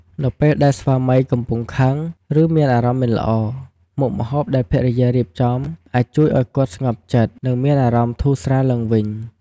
នៅពេលដែលស្វាមីកំពុងខឹង ឬមានអារម្មណ៍មិនល្អ មុខម្ហូបដែលភរិយារៀបចំអាចជួយឲ្យគាត់ស្ងប់ចិត្ត និងមានអារម្មណ៍ធូរស្រាលឡើងវិញ។